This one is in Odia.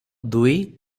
ଦୁଇ